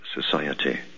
society